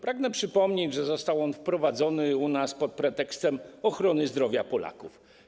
Pragnę przypomnieć, że został on wprowadzony u nas pod pretekstem ochrony zdrowia Polaków.